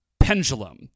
Pendulum